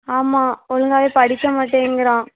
ஆமாம் ஒழுங்காகவே படிக்க மாட்டேங்கிறான்